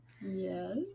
Yes